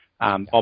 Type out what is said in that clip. Bob